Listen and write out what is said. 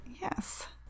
Yes